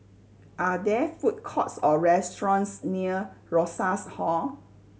are there food courts or restaurants near Rosas Hall